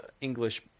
English